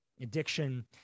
addiction